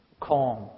calm